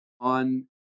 on